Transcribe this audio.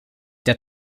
der